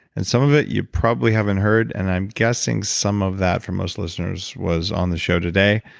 and some of it, you probably haven't heard and i'm guessing some of that from most listeners was on the show today.